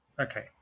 Okay